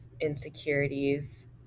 insecurities